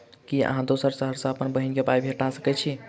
की अहाँ दोसर शहर सँ अप्पन बहिन केँ पाई पठा सकैत छी?